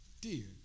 Dear